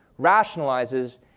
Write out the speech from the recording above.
rationalizes